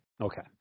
Okay